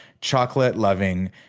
chocolate-loving